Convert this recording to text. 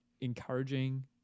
encouraging